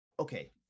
Okay